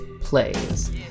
Plays